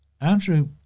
Andrew